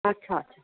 अच्छा